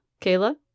Kayla